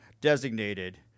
designated